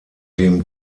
dem